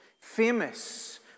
Famous